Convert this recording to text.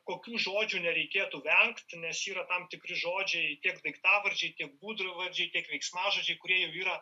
kokių žodžių nereikėtų vengt nes yra tam tikri žodžiai tiek daiktavardžiai tiek būdvardžiai tiek veiksmažodžiai kurie jau yra